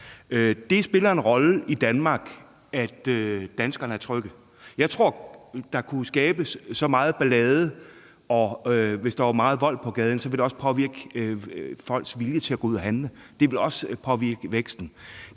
Det spiller en rolle i Danmark, at danskerne er trygge. Jeg tror, der kunne skabes meget ballade, og hvis der var meget vold på gaden, ville det også påvirke folks vilje til at gå ud og handle. Det ville også påvirke væksten.